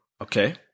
Okay